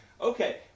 okay